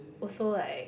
also like